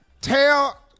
tell